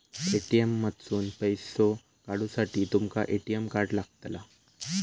ATM मधसून पैसो काढूसाठी तुमका ए.टी.एम कार्ड लागतला